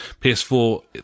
PS4